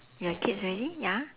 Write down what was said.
your kids already ya